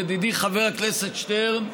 ידידי חבר הכנסת שטרן,